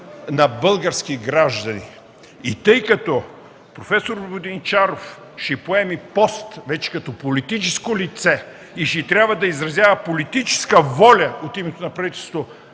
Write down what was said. на български граждани и тъй като проф. Воденичаров ще поеме пост вече като политическо лице и ще трябва да изразява политическа воля от името на правителството.